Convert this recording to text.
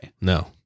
No